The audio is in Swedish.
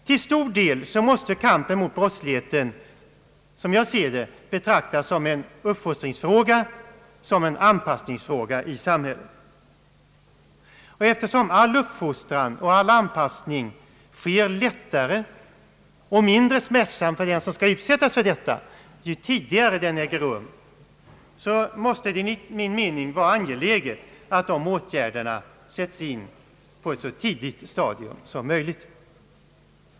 Till stor del måste kampen mot brottsligheten, som jag ser det, betraktas som en fråga om uppfostran och anpassning i samhället, och eftersom all uppfostran och anpassning sker lättare och mindre smärtsamt för den, som utsättes för detta, ju tidigare den äger rum så måste det enligt min mening vara angeläget att dessa åtgärder sätts in på ett så tidigt stadium som möjligt.